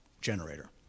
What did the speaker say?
generator